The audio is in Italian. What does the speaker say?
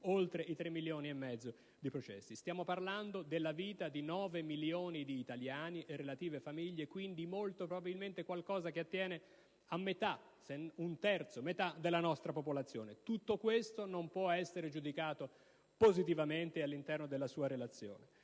oltre i tre milioni e mezzo. Stiamo parlando della vita di nove milioni di italiani e relative famiglie, quindi molto probabilmente qualcosa che attiene ad un terzo o a metà della nostra popolazione: tutto questo non può essere giudicato positivamente, all'interno della sua relazione.